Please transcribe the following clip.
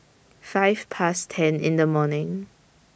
five Past ten in The morning